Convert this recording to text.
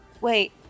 Wait